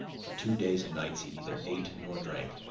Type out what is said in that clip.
for two days and nights he neither ate nor drank,